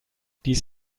dies